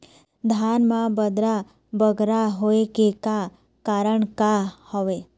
धान म बदरा बगरा होय के का कारण का हवए?